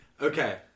Okay